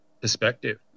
perspective